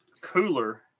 Cooler